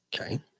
Okay